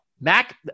Mac